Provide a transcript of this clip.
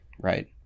right